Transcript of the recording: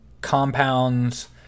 compounds